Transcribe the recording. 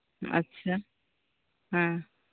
ᱟᱪᱪᱷᱟ ᱦᱮᱸ